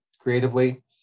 creatively